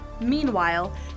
Meanwhile